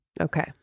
Okay